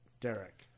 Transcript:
Derek